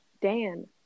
Dan